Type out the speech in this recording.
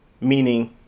Meaning